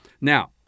Now